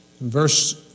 Verse